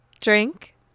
drink